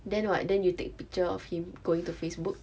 then what then you take picture of him going to facebook